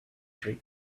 dream